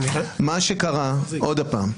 עוד פעם,